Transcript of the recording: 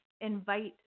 invite